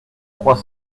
trois